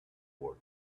wore